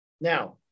Now